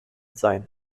sein